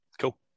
cool